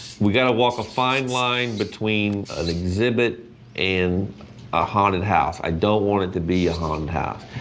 we got to walk a fine line between an exhibit and a haunted house. i don't want it to be a haunted house.